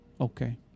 Okay